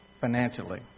Financially